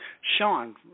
Sean